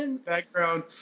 background